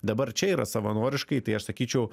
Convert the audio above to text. dabar čia yra savanoriškai tai aš sakyčiau